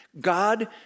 God